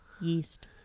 Yeast